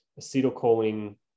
acetylcholine